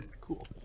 Cool